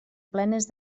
plenes